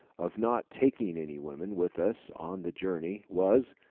of not taking any women with us on the journey, was,